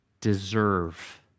deserve